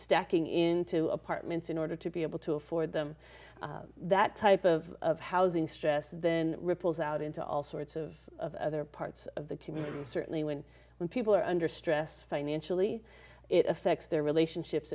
stacking into apartments in order to be able to afford them that type of of housing stress then ripples out into all sorts of other parts of the community certainly when when people are under stress financially it affects their relationships